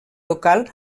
local